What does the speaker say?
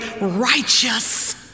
righteous